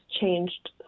changed